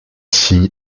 signe